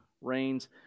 rains